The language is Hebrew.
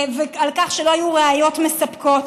על כך שלא היו ראיות מספקות